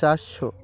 চারশো